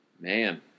Man